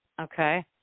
Okay